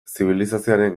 zibilizazioaren